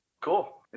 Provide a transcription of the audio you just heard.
cool